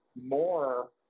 more